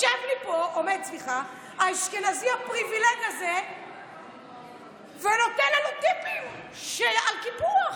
עומד לי פה האשכנזי הפריבילג הזה ונותן לנו טיפים על קיפוח.